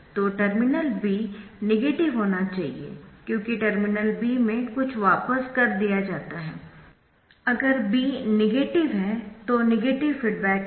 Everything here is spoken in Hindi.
तो टर्मिनल B नेगेटिव होना चाहिए क्योंकि टर्मिनल B में कुछ वापस कर दिया जाता है अगर B नेगेटिव है तो नेगेटिव फीडबैक है